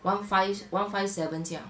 one five one five seven 这样